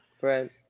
right